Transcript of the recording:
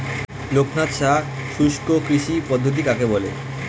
লোকনাথ সাহা শুষ্ককৃষি পদ্ধতি কাকে বলে?